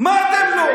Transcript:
מה אתם לא?